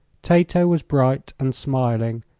tato was bright and smiling,